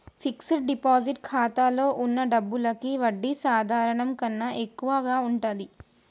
fixed deposit ఖాతాలో వున్న డబ్బులకి వడ్డీ సాధారణం కన్నా ఎక్కువగా ఉంటది